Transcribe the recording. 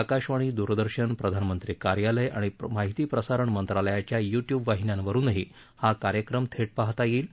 आकाशवाणी द्रदर्शन प्रधानमंत्री कार्यालय आणि माहिती प्रसारण मंत्रालयाच्या यूट्य्ब वाहिन्यांवरुनही हा कार्यक्रम थेट पाहता येईल